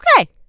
okay